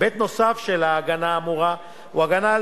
היבט נוסף של ההגנה האמורה הוא הגנה על